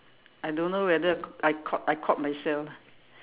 I don't know whether I caught I caught myself